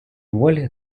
волі